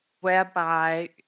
whereby